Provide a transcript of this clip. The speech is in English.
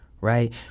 right